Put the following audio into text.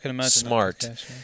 smart